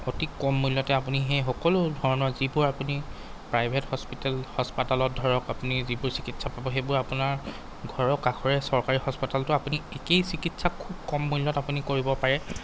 অতি কম মূল্যতে আপুনি সেই সকলো ধৰণৰ যিবোৰ আপুনি প্ৰাইভেট হস্পিটেল হস্পাতালত ধৰক আপুনি যিবোৰ চিকিৎসা পাব সেইবোৰ আপোনাৰ ঘৰৰ কাষৰে চৰকাৰী হস্পিটালতো আপুনি একেই চিকিৎসা খুব কম মূল্যত আপুনি কৰিব পাৰে